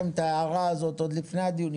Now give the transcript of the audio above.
מה שנכנס לתוקף זה החוק עם ה-18 חודשים,